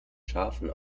schafen